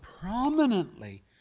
prominently